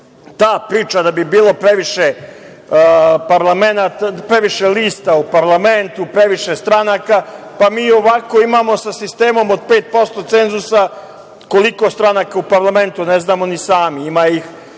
priča da bi bilo previše lista u parlamentu, previše stranaka, pa mi i ovako imamo sa sistemom od 5% cenzusa koliko stranaka u parlamentu? Ne znamo ni sami, ima ih